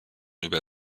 über